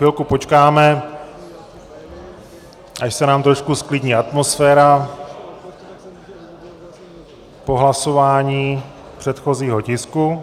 Chvilku počkáme, až se nám trošku zklidní atmosféra po hlasování předchozího tisku.